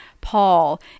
Paul